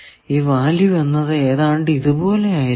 ഈ വാല്യൂ എന്നത് ഏതാണ്ട് ഇതുപോലെ ആയിരിക്കും